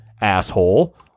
asshole